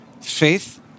faith